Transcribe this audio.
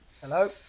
Hello